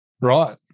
right